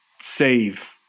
save